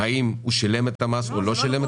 במחסום האם הוא שילם את המס או לא?